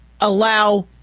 allow